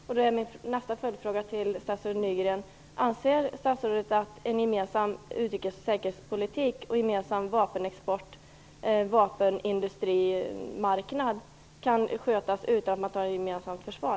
Min nästa fråga till statsrådet Nygren är därför: Anser statsrådet att en gemensam utrikes och säkerhetspolitik och en gemensam vapenindustrimarknad kan skötas utan att man har ett gemensamt försvar?